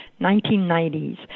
1990s